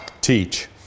teach